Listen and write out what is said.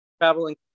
traveling